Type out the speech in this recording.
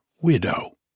widow